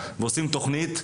ועושים תכנית,